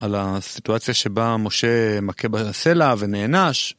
על הסיטואציה שבה משה מכה בסלע ונענש.